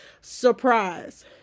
surprise